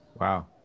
Wow